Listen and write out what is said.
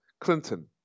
Clinton